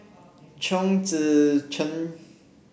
Chong Tze Chien